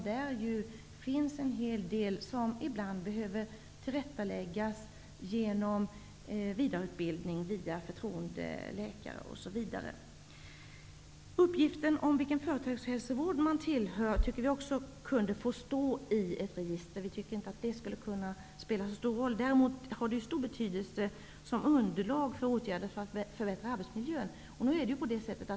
Där finns en hel del som kan behöva tillrättaläggas genom vidareutbildning via förtroendeläkare osv. Uppgift om vilken företagshälsovård man tillhör tycker vi också kunde få stå i ett register. Vi tycker att det inte skulle spela så stor roll. Däremot har det stor betydelse som underlag för åtgärder för att förbättra arbetsmiljön.